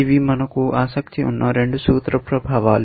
ఇవి మనకు ఆసక్తి ఉన్న రెండు సూత్ర ప్రభావాలు